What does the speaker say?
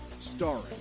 starring